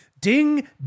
Ding